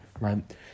right